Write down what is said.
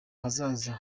ahazaza